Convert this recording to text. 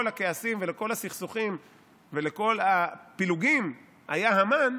הכעסים ולכל הסכסוכים ולכל הפילוגים היה המן,